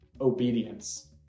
obedience